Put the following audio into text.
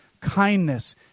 kindness